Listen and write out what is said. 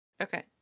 Okay